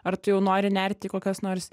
ar tu jau nori nerti į kokias nors